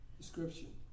description